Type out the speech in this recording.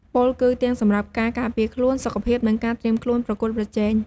ពោលគឺទាំងសម្រាប់ការការពារខ្លួន សុខភាព និងការត្រៀមខ្លួនប្រកួតប្រជែង។